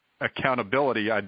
accountability